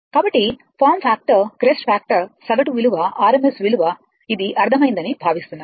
కాబట్టి form factor crest factor సగటు విలువ RMS విలువ ఇది అర్ధమయిందని భావిస్తున్నాను